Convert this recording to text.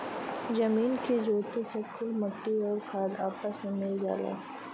जमीन के जोते से कुल मट्टी आउर खाद आपस मे मिल जाला